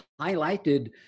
highlighted